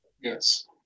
yes